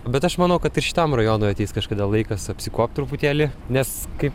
bet aš manau kad ir šitam rajonui ateis kažkada laikas apsikuopti truputėlį nes kaip